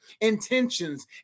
intentions